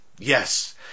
Yes